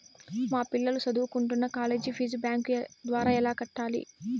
మా పిల్లలు సదువుకుంటున్న కాలేజీ ఫీజు బ్యాంకు ద్వారా ఎలా కట్టాలి?